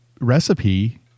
recipe